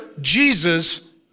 Jesus